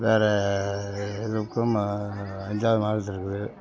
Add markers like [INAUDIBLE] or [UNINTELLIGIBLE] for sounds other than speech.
வேறு எதுக்கும் [UNINTELLIGIBLE] இருக்குது